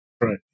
Right